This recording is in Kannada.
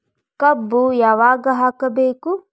ಕಬ್ಬು ಯಾವಾಗ ಹಾಕಬೇಕು?